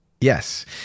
Yes